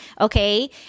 Okay